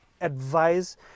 advise